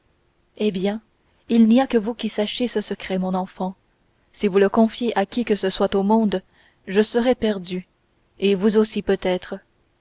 eh bien il n'y a que vous qui sachiez ce secret mon enfant si vous le confiez à qui que ce soit au monde je serai perdue et vous aussi peut-être